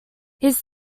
his